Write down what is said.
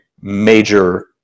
major